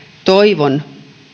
toivon